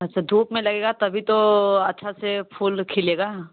अच्छा धूप में लगेगा तभी तो अच्छा से फूल खिलेगा